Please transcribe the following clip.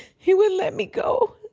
he wouldn't let me go.